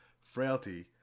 frailty